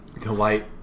Delight